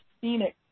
phoenix